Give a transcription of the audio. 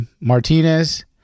Martinez